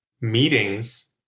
meetings